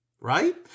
right